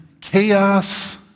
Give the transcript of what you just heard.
chaos